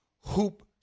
hoop